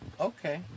Okay